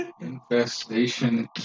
Infestation